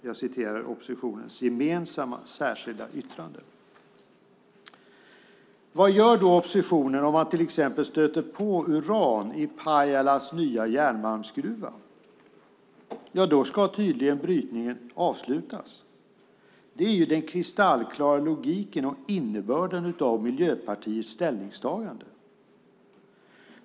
Jag citerar oppositionens gemensamma särskilda yttrande. Vad gör då oppositionen om man till exempel stöter på uran i Pajalas nya järnmalmsgruva? Ja, då ska tydligen brytningen avslutas. Det är den kristallklara logiken och innebörden av Miljöpartiets ställningstagande.